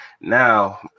Now